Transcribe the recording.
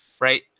Right